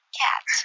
cat